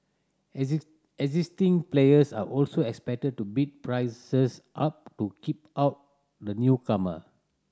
existing players are also expected to bid prices up to keep out the newcomer